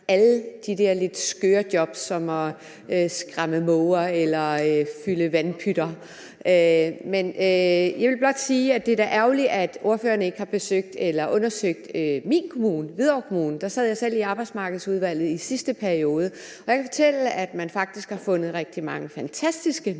tidligere – som f.eks. at skræmme måger eller fylde vandpytter. Men jeg vil blot sige, at det da er ærgerligt, at ordføreren ikke har undersøgt min kommune, Hvidovre Kommune. Der sad jeg selv i arbejdsmarkedsudvalget i sidste periode, og jeg kan fortælle, at man sagtens har kunnet finde rigtig mange fantastiske